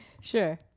Sure